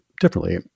differently